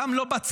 גם לא בצבא,